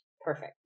perfect